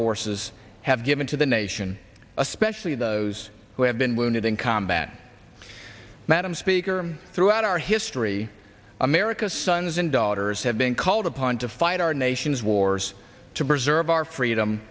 forces have given to the nation especially those who have been wounded in combat madam speaker throughout our history america's sons and daughters have been called upon to fight our nation's wars to preserve our freedom